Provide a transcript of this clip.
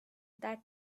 that